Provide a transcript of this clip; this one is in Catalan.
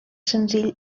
senzill